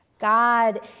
God